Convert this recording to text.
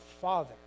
father